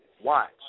watch